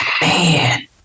Man